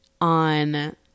On